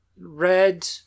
red